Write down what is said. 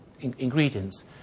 ingredients